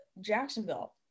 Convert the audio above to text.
Jacksonville